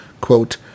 quote